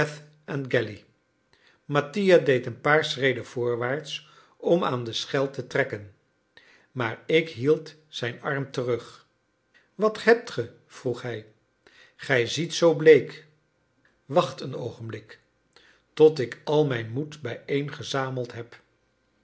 galley mattia deed een paar schreden voorwaarts om aan de schel te trekken maar ik hield zijn arm terug wat hebt ge vroeg hij gij ziet zoo bleek wacht een oogenblik tot ik al mijn moed bijeengezameld heb